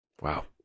Wow